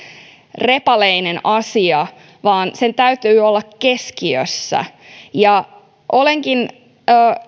repaleinen asia vaan sen täytyy olla keskiössä ja olenkin